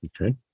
Okay